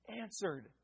Answered